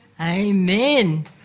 Amen